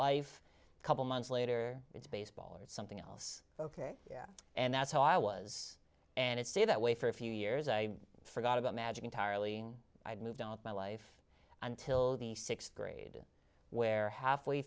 life a couple months later it's baseball or something else ok and that's how i was and it stayed that way for a few years i forgot about magic entirely i moved on with my life until the sixth grade where halfway